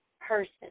person